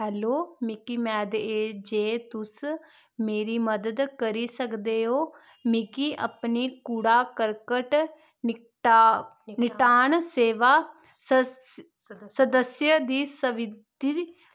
hello मिगी में ते जे तुस मेरी मदद करी सकदे ओ मिगी अपनी कूड़ा करकट निपटान सेवा सदस्या दी सबधी